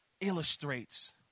illustrates